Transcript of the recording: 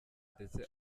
ndetse